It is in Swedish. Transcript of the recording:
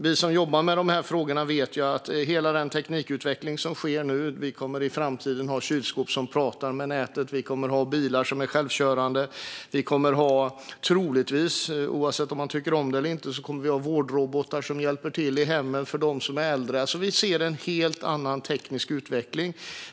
Vi som jobbar med de här frågorna ser hela den teknikutveckling som sker nu. Vi kommer i framtiden att ha kylskåp som pratar med nätet, bilar som är självkörande och troligtvis också, antingen vi tycker om det eller inte, vårdrobotar som hjälper till i hemmen hos dem som är äldre. Vi ser en helt annan teknisk utveckling.